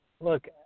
Look